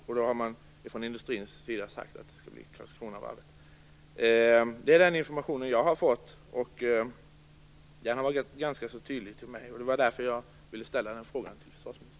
Från industrins sida har man då sagt att det skall bli Karlskronavarvet. Det är den information jag har fått, och den har getts ganska tydligt till mig. Därför vill jag ställa den här frågan till försvarsministern.